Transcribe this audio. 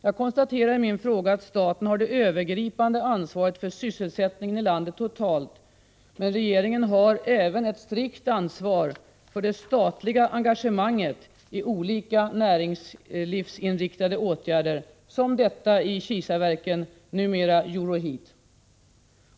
Jag konstaterar i min fråga att staten har det övergripande ansvaret för sysselsättningen i landet totalt. Men regeringen har även ett strikt ansvar för det statliga engagemanget i olika näringslivsinriktade åtgärder, som detta i Kisaverken, numera Euroheat.